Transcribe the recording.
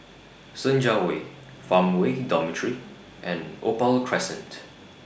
Senja Way Farmway Dormitory and Opal Crescent